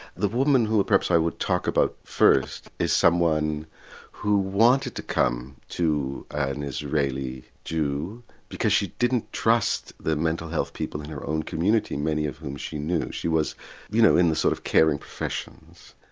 the woman who perhaps i would talk about first is someone who wanted to come to a and israeli jew because she didn't trust the mental health people in her own community, many of whom she knew, she was you know in the sort of caring professions.